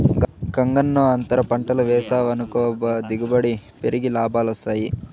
గంగన్నో, అంతర పంటలు వేసావనుకో దిగుబడి పెరిగి లాభాలొస్తాయి